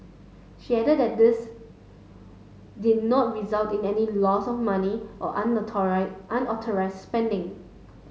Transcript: she added that this did not result in any loss of money or unauthorised spending